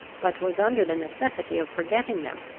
but was under the necessity of forgetting them,